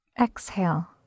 Exhale